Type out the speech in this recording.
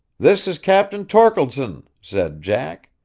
this is captain torkeldsen, said jack.